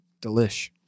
Delish